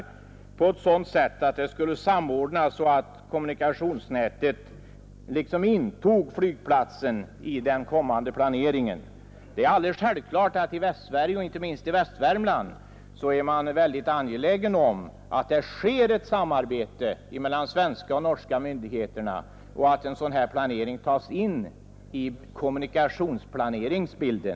Det hela skulle samordnas på så sätt att man vid planeringen av kommunikationsnätet tog hänsyn till den kommande flygplatsen. Det är alldeles självklart att man i Västsverige, och inte minst i Västvärmland, är mycket angelägen om att det sker ett samarbete mellan svenska och norska myndigheter och att en sådan här planering tas in i kommunikationsplaneringsbilden.